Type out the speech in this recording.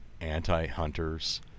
anti-hunters